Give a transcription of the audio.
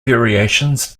variations